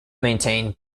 maintain